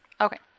Okay